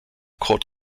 court